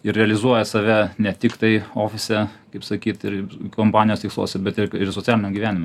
ir realizuoja save ne tiktai ofise kaip sakyt ir kompanijos tiksluose bet ir ir socialiniam gyvenime